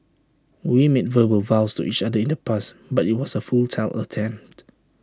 we made verbal vows to each other in the past but IT was A futile attempt